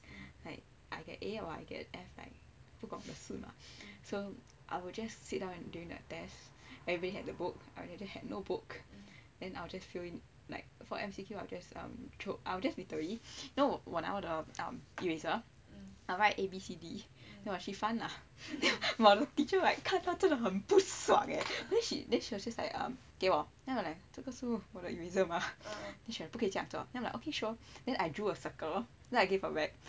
like I get A or I get F 不管 lah so I will just sit down and during the test everybody had the book I really had no book and I'll just fill in like for M_C_Q I will just um I will just literally no 我拿我的 eraser I will write a b c d then 我去翻 lah while the teacher like 看真的很不爽 eh then she then she was just like 给我 then I was just like 这个是我的 eraser then she will be like 不可以这样做 then like okay sure then I drew a circle